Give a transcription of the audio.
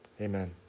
Amen